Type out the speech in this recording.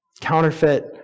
counterfeit